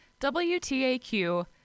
WTAQ